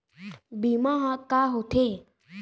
बीमा ह का होथे?